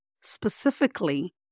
specifically